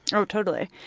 yeah oh, totally.